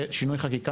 זה שינוי חקיקה,